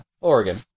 Oregon